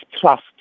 trust